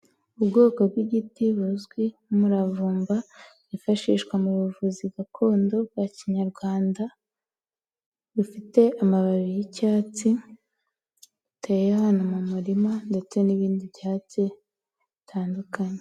Ubwoko bw'igiti buzwi nk'umuravumba wifashishwa mu buvuzi gakondo bwa kinyarwanda bufite amababi y'icyatsita mu murima ndetse n'ibindi byatsi bitandukanye.